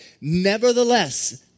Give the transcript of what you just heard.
Nevertheless